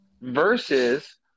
versus